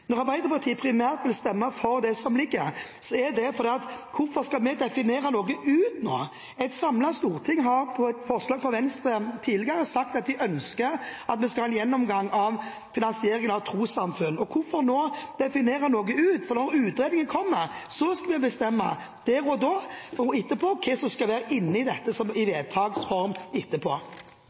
Når Arbeiderpartiet primært vil stemme for forslag nr. 50 som det ligger, er det for at hvorfor skal vi definere noe ut? Et samlet storting har på et forslag fra Venstre tidligere sagt at vi ønsket at vi skal ha en gjennomgang av finansieringen av trossamfunn. Hvorfor skal vi nå definere noe ut? For når utredningen kommer, skal vi i vedtaksform bestemme der og da hva som skal være inne i dette etterpå.